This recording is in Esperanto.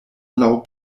laŭ